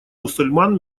мусульман